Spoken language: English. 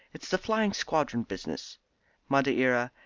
it's the flying squadron business madeira,